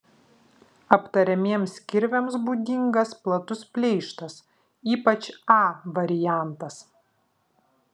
aptariamiems kirviams būdingas platus pleištas ypač a variantas